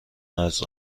است